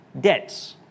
debts